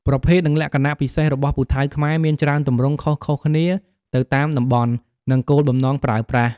ប្រភេទ និងលក្ខណៈពិសេសរបស់ពូថៅខ្មែរមានច្រើនទម្រង់ខុសៗគ្នាទៅតាមតំបន់ និងគោលបំណងប្រើប្រាស់។